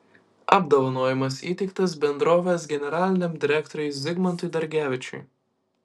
apdovanojimas įteiktas bendrovės generaliniam direktoriui zigmantui dargevičiui